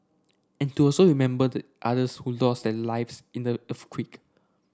and to also remember the others who lost their lives in the earthquake